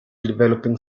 developing